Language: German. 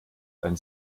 ein